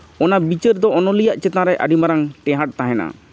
ᱚᱱᱟ ᱵᱤᱪᱟᱹᱨ ᱫᱚ ᱚᱱᱚᱞᱤᱭᱟᱹ ᱟᱜ ᱪᱮᱛᱟᱱ ᱨᱮ ᱟᱹᱰᱤ ᱢᱟᱨᱟᱝ ᱴᱮᱸᱦᱟᱴ ᱛᱟᱦᱮᱱᱟ